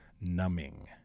numbing